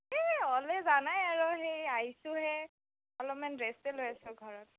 এই অলৱেজ জানাই আৰু সেই আহিছোঁহে অলপমান ৰেষ্টে লৈ আছোঁ ঘৰত